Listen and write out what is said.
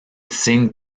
signe